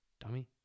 Dummy